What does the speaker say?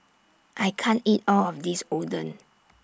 I can't eat All of This Oden